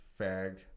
fag